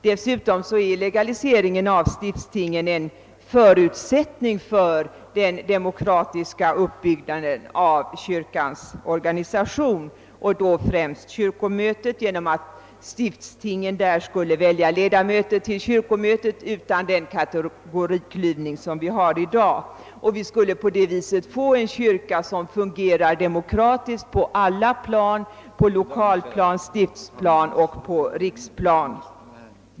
Dessutom är legaliseringen av stiftstingen en förutsättning för den demokratiska uppbyggnaden av kyrkans organisation, och då främst kyrkomötet. Stiftstingen skulle välja ledamöter till kyrkomötet utan den kategoriklyvning vi har i dag. Vi skulle på det viset få en kyrka som fungerar demokratiskt på alla plan — på lokalplan, på stiftsplan och på riksplan.